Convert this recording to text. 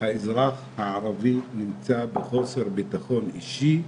האזרח הערבי נמצא בחוסר ביטחון אישי משפיל.